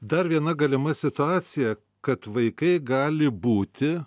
dar viena galima situacija kad vaikai gali būti